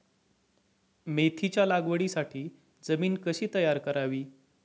मेथीच्या लागवडीसाठी जमीन कशी तयार करावी?